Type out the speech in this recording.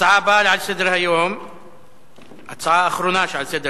נעבור להצעה לסדר-היום בנושא: